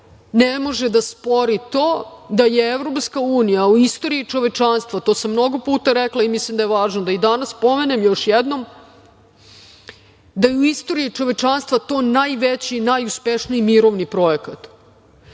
ne može da spori to da je EU u istoriji čovečanstva, to sam mnogo puta rekla i mislim da je važno da i danas pomenem još jednom, da je u istoriji čovečanstva to najveći i najuspešniji mirovni projekat,